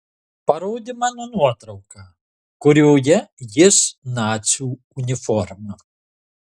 parodė mano nuotrauką kurioje jis nacių uniforma